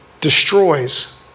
destroys